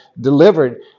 delivered